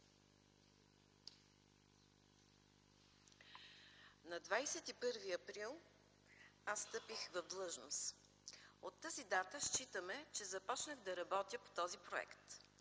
На 21 април аз встъпих в длъжност, от тази дата считаме, че започнах на работя по този проект.